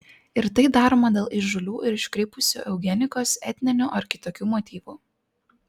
ir tai daroma dėl įžūlių ir iškrypusių eugenikos etninių ar kitokių motyvų